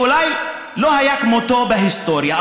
שאולי לא היה כמותו בהיסטוריה,